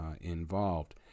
involved